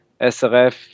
SRF